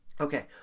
Okay